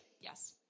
yes